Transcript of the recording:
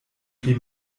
pli